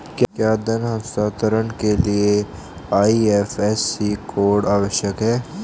क्या धन हस्तांतरण के लिए आई.एफ.एस.सी कोड आवश्यक है?